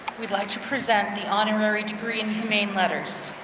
we'd like to present the honorary degree in humane letters.